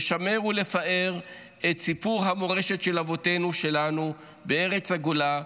לשמר ולפאר את סיפור המורשת של אבותינו ושלנו בארצות הגולה,